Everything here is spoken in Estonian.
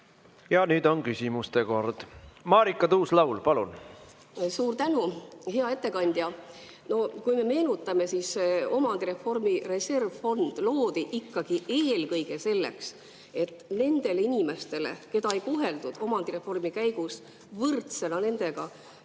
Ja nüüd on küsimuste kord. Marika Tuus-Laul, palun! Suur tänu! Hea ettekandja! Kui me meenutame, siis omandireformi reservfond loodi ikkagi eelkõige [toeks] nendele inimestele, keda ei koheldud omandireformi käigus võrdsena nendega,